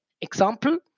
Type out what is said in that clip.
example